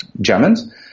Germans